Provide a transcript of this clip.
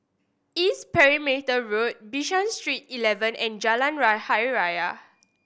East Perimeter Road Bishan Street Eleven and Jalan Hari Raya